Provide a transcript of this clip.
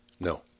No